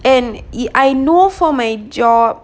and he I know for my job